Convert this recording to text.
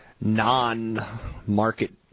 non-market